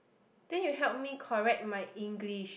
then you help me correct my English